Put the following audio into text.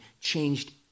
changed